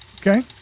okay